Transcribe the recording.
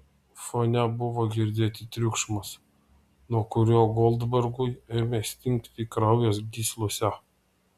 fone buvo girdėti triukšmas nuo kurio goldbergui ėmė stingti kraujas gyslose